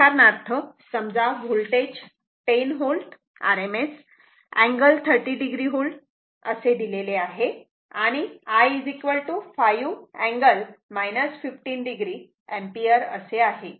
उदाहरणार्थ समजा voltage 10 Vrms angle 30 o V असे दिलेले आहे आणि I 5 अँगल 15 o एंपियर असे आहे